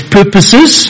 purposes